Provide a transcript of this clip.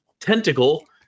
tentacle